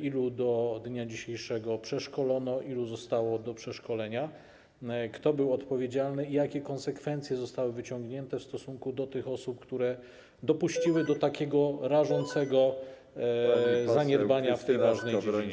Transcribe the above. ilu do dnia dzisiejszego przeszkolono, ilu zostało do przeszkolenia, kto był odpowiedzialny i jakie konsekwencje zostały wyciągnięte w stosunku do osób, które dopuściły do takiego rażącego zaniedbania w tej ważnej dziedzinie.